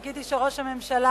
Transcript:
חיכיתי שראש הממשלה